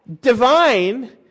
divine